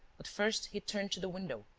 but first he turned to the window.